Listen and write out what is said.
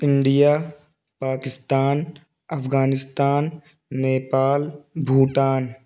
India Pakistan Afghanistan Nepal Bhutan